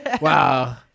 Wow